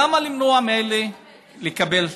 למה למנוע מאלה לקבל?